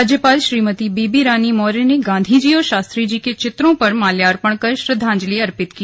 राज्यपाल श्रीमती बेबी रानी मौर्य ने गांधीजी और शास्त्रीजी के चित्रों पर माल्यार्पण कर श्रद्वांजलि अर्पित की